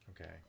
Okay